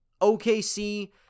OKC